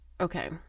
okay